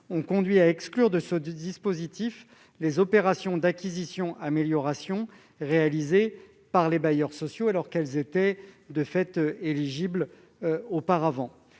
effet conduit à exclure du dispositif des opérations d'acquisition-amélioration réalisées par les bailleurs sociaux, qui y étaient éligibles auparavant.